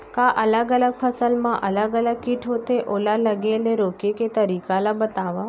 का अलग अलग फसल मा अलग अलग किट होथे, ओला लगे ले रोके के तरीका ला बतावव?